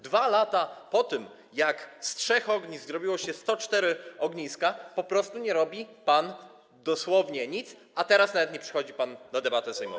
2 lata po tym, jak z trzech ognisk zrobiły się 104 ogniska, po prostu nie robi pan dosłownie nic, a teraz nawet nie przychodzi pan na debatę sejmową.